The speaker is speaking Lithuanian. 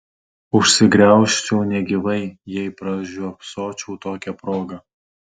užsigraužčiau negyvai jei pražiopsočiau tokią progą